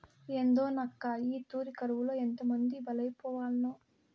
ఏందోనక్కా, ఈ తూరి కరువులో ఎంతమంది బలైపోవాల్నో